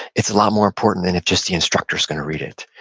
it's a lot more important and if just the instructor's gonna read it.